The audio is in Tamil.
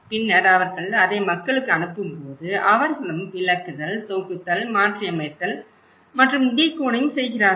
பின்னர் அவர்கள் அதை மக்களுக்கு அனுப்பும்போது அவர்களும் விளக்குதல் தொகுத்தல் மாற்றியமைத்தல் மற்றும் டிகோடிங் செய்கிறார்கள்